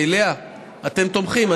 לאה, אתם תומכים?